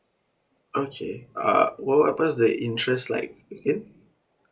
okay uh what was the interest like again